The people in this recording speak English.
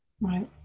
Right